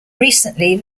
recently